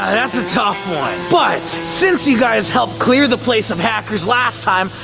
um that's a tough one, but since you guys helped clear the place of hackers last time,